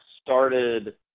started